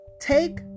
take